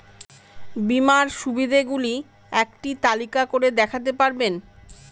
বীমার সুবিধে গুলি একটি তালিকা করে দেখাতে পারবেন?